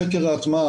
בשטח.